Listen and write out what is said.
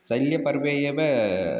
शल्यपर्वे एव